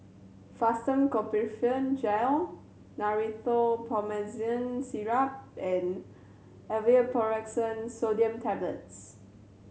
Fastum Ketoprofen Gel Rhinathiol Promethazine Syrup and Aleve Naproxen Sodium Tablets